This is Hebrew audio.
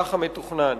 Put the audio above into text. במהלך המתוכנן.